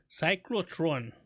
Cyclotron